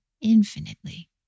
infinitely